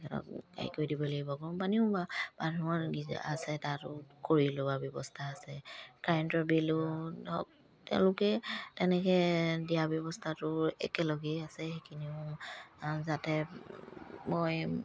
কৰি লোৱা ব্যৱস্থা আছে কাৰেণ্টৰ বিলো ধৰক তেওঁলোকে তেনেকে দিয়া ব্যৱস্থাটো একেলগেই আছে সেইখিনিও যাতে মই